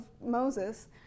Moses